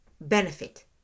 benefit